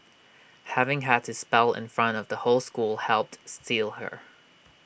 having had to spell in front of the whole school helped steel her